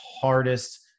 hardest